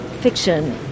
fiction